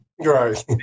Right